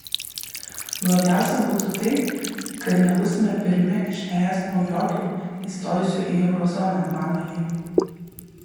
blogiausia būtų tai kad nebūsime pirmi iš es naujokių įstojusių į euro zoną mano ji